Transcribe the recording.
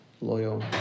loyal